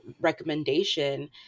recommendation